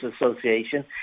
Association